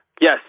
Yes